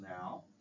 now